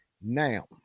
Now